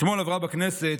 אתמול עברה בכנסת,